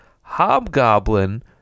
Hobgoblin